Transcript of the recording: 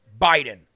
Biden